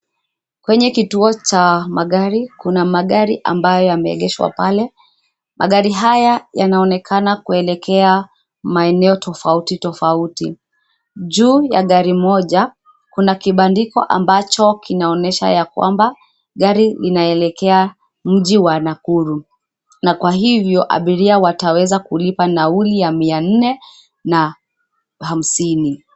Kwenye kituo cha magari kuna magari ambayo yameegeshwa pale. Magari haya yanaonekana kuelekea maeneo tofauti tofauti. Juu ya gari moja kuna kibandiko ambacho kinaonyesha ya kwamba, gari inaelekea mji wa Nakuru na kwa hivyo abiria wataweza kulipa nauli ya mia nne na hamsini.